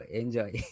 enjoy